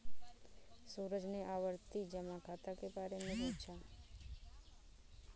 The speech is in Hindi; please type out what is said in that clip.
सूरज ने आवर्ती जमा खाता के बारे में पूछा